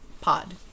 pod